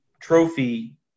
trophy